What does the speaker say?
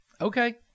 okay